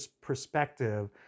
perspective